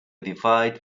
divide